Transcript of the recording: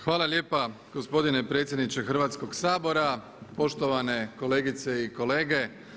Hvala lijepa gospodine predsjedniče Hrvatskoga sabora, poštovane kolegice i kolege.